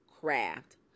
craft